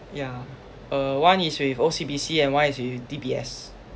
yeah uh one is with O_C_B_C and one is with D_B_S